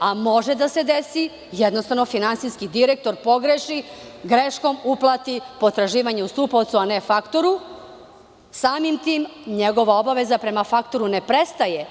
a može da se desi da jednostavno finansijski direktor pogreši i greškom uplati potraživanje ustupaocu a ne faktoru, samim tim njegova obaveza prema faktoru ne prestaje.